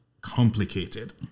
complicated